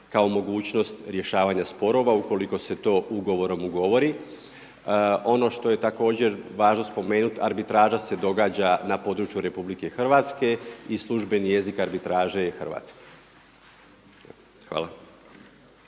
kao mogućnost rješavanja sporova ukoliko se to ugovorom ugovori. Ono što je također važno spomenut arbitraža se događa na području Republike Hrvatske i službeni jezik arbitraže je hrvatski. Hvala.